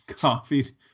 coffee